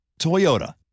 Toyota